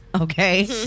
okay